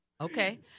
okay